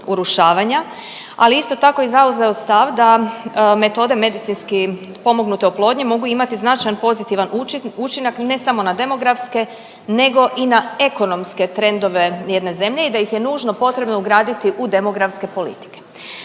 urušavanja, ali isto tako i zauzeto stav da metode medicinski potpomognute oplodnje mogu imati značajan pozitivan učinak, ne samo na demografske, nego i na ekonomske trendove jedne zemlje i da ih ne nužno potrebno ugraditi u demografske politike.